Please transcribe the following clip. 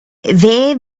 there